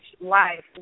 life